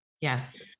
Yes